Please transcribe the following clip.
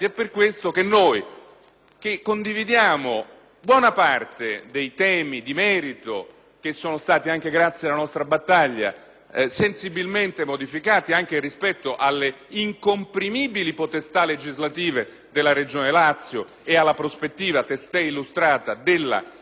condividiamo buona parte dei temi di merito che, anche grazie alla nostra battaglia, sono stati sensibilmente modificati, anche rispetto alle incomprimibili potestà legislative della Regione Lazio ed alla prospettiva testé illustrata della città metropolitana.